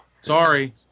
Sorry